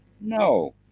No